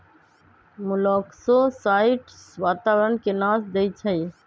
मोलॉक्साइड्स वातावरण के नाश देई छइ